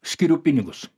skiriu pinigus